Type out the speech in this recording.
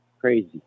crazy